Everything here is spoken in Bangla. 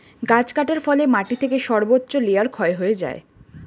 গাছ কাটার ফলে মাটি থেকে সর্বোচ্চ লেয়ার ক্ষয় হয়ে যায়